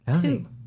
Two